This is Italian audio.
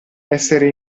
essere